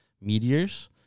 meteors